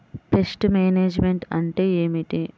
Pest management అంటే ఏమిటి?